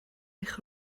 eich